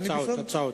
הצעות.